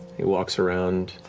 he walks around